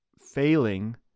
failing